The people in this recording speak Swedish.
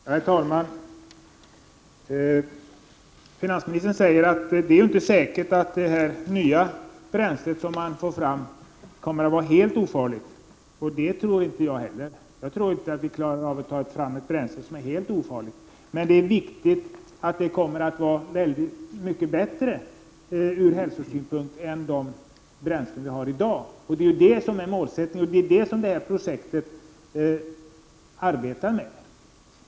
Herr talman! Finansministern säger att det inte är säkert att det nya bränsle som man får fram kommer att vara helt ofarligt. Jag tror inte heller man kan klara av att ta fram ett bränsle som är helt ofarligt, men det kommer att vara mycket bättre ur hälsosynpunkt än de bränslen vi har i dag. Det är ju det som är målsättningen, och det är det som projektet arbetar med.